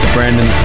Brandon